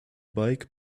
bike